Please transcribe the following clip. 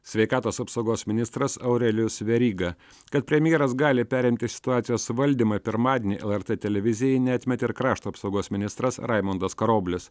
sveikatos apsaugos ministras aurelijus veryga kad premjeras gali perimti situacijos valdymą pirmadienį lrt televizijai neatmetė ir krašto apsaugos ministras raimundas karoblis